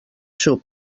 xup